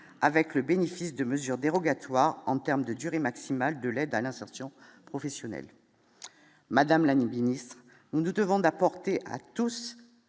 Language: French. avec le bénéfice de mesures dérogatoires en terme de durée maximale de l'aide à l'insertion professionnelle, madame la ministre, nous nous devons d'apporter à tous